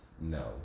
no